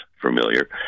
familiar